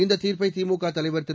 இந்த தீர்ப்பை திமுக தலைவர் திரு